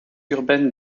urbaine